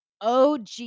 OG